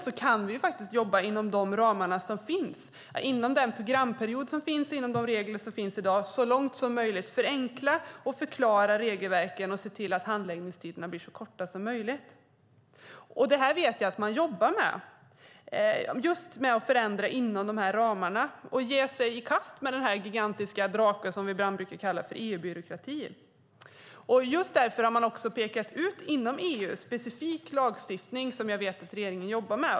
Vi kan jobba inom de ramar som finns - inom befintlig programperiod och inom ramen för de regler som i dag finns - med att så långt som möjligt förenkla och förklara regelverken och se till att handläggningstiderna blir så korta som möjligt. Jag vet att man jobbar med att förändra inom dessa ramar och att man ger sig i kast med den gigantiska drake som vi ibland brukar kalla för EU-byråkrati. Just därför har man inom EU pekat ut specifik lagstiftning som jag vet att regeringen jobbar med.